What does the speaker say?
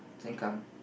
Sengkang